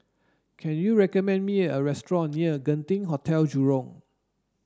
can you recommend me a restaurant near Genting Hotel Jurong